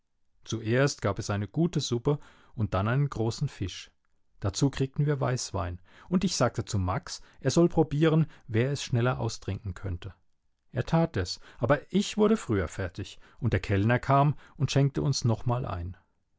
zuerst gab es eine gute suppe und dann einen großen fisch dazu kriegten wir weißwein und ich sagte zu max er soll probieren wer es schneller austrinken könnte er tat es aber ich wurde früher fertig und der kellner kam und schenkte uns noch mal ein